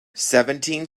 seventeen